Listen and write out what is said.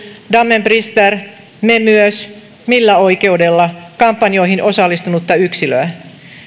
dammen brister me myös ja millä oikeudella kampanjoihin osallistunutta yksilöä